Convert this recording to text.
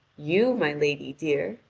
you, my lady dear.